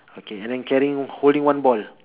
okay then carrying holding one ball